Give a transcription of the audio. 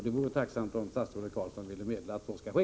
Jag vore tacksam om statsrådet Carlsson ville meddela att så skall ske.